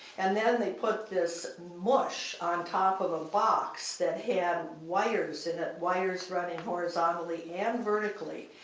and then they put this mush on top of a box that had wires in it, wires running horizontally and vertically.